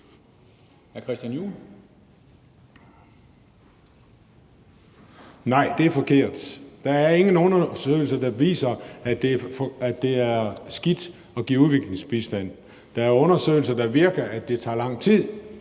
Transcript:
Nej, det er forkert. Der er ingen undersøgelser, der viser, at det er skidt at give udviklingsbistand. Der er undersøgelser, der viser, at det tager lang tid